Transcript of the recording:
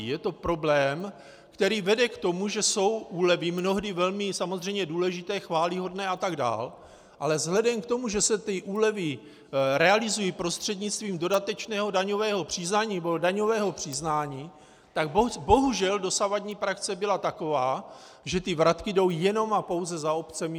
Je to problém, který vede k tomu, že jsou úlevy mnohdy velmi samozřejmě důležité, chvályhodné atd., ale vzhledem k tomu, že se ty úlevy realizují prostřednictvím dodatečného daňového přiznání nebo daňového přiznání, tak bohužel dosavadní praxe byla taková, že ty vratky jdou jenom a pouze za obcemi.